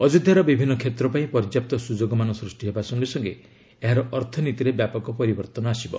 ଅଯୋଧ୍ୟାର ବିଭିନ୍ନ କ୍ଷେତ୍ରପାଇଁ ପର୍ଯ୍ୟାପ୍ତ ସୁଯୋଗମାନ ସୃଷ୍ଟି ହେବା ସଙ୍ଗେ ସଙ୍ଗେ ଏହାର ଅର୍ଥନୀତିରେ ବ୍ୟାପକ ପରିବର୍ତ୍ତନ ଆସିବ